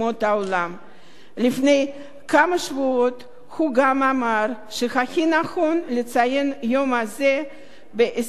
לפני כמה שבועות הוא גם אמר שהכי נכון לציין יום זה ב-27 בינואר,